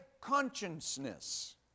consciousness